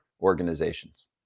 organizations